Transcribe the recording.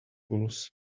pools